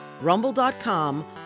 Rumble.com